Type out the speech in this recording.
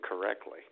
correctly